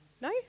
No